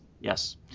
Yes